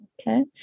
Okay